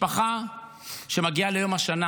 משפחה שמגיעה ביום השנה